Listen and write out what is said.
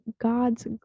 God's